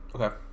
Okay